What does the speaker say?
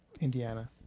Indiana